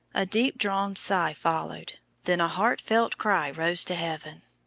a deep-drawn sigh followed, then a heartfelt cry rose to heaven.